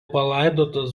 palaidotas